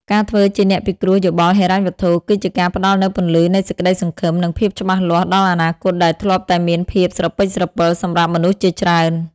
ការធ្វើជាអ្នកពិគ្រោះយោបល់ហិរញ្ញវត្ថុ គឺជាការផ្ដល់នូវពន្លឺនៃសេចក្ដីសង្ឃឹម និងភាពច្បាស់លាស់ដល់អនាគតដែលធ្លាប់តែមានភាពស្រពិចស្រពិលសម្រាប់មនុស្សជាច្រើន។